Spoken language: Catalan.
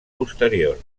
posterior